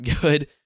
good